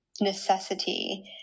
necessity